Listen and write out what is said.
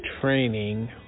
training